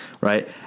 right